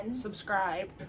subscribe